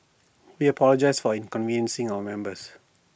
we apologise for inconveniencing our members